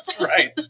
Right